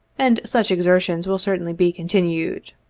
and such exertions will certainly be continued.